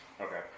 Okay